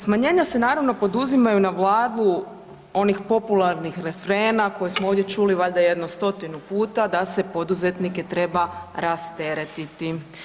Smanjenja se naravno poduzimanju na …/nerazumljivo/… onih popularnih refrena koje smo ovdje čuli valjda jedno 100-tinu puta da se poduzetnike treba rasteretiti.